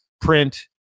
print